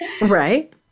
Right